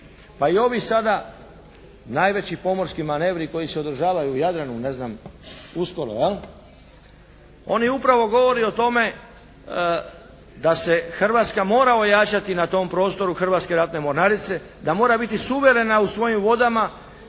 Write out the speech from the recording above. Pa i ovi sada najveći pomorski manevri koji se održavaju u Jadranu, ne znam, uskoro, jel', oni upravo govore o tome da se Hrvatska mora ojačati na tom prostoru Hrvatske ratne mornarice, da mora biti suverena u svojim vodama.